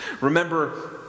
Remember